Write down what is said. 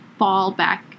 fallback